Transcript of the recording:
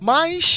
Mas